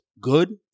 good